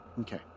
okay